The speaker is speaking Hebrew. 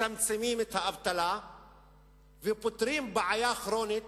יצמצמו את האבטלה ויפתרו בעיה כרונית,